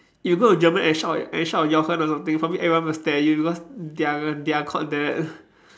you go to German and shout at and shout at Jochen or something probably everyone will stare at you because they are they are called that